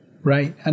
right